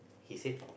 he said